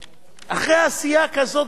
אחרי עשייה כזאת גדולה,